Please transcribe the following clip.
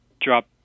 drop